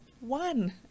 one